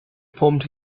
formed